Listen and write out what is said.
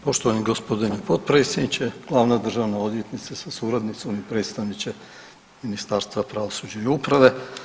Poštovani g. potpredsjedniče, glavna državna odvjetnice sa suradnicom i predstavniče Ministarstva pravosuđa i uprave.